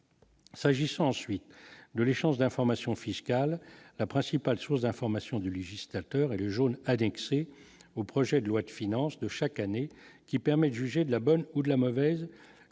S'agissant ensuite de l'échange d'informations fiscales, la principale source d'information du législateur et du jaune a dunk c'est au projet de loi de finance de chaque année, qui permet de juger de la bonne ou de la mauvaise coopération